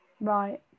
Right